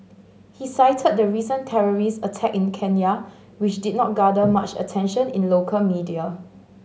he cited the recent terrorist attack in Kenya which did not garner much attention in local media